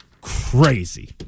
crazy